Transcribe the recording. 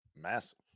Massive